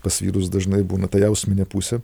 pas vyrus dažnai būna ta jausminė pusė